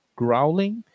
growling